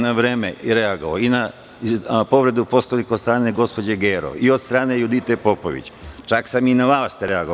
Na vreme sam reagovao i na povredu Poslovnika od strane gospođe Gerov i od strane Judite Popović, čak sam i na vas reagovao.